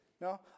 No